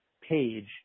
page